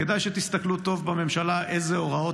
כדאי שתסתכלו טוב בממשלה איזה הוראות